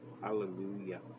Hallelujah